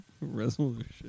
resolution